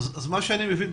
מה שאני מבין,